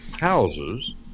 houses